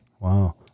Wow